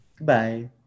Bye